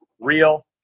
real